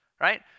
Right